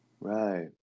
right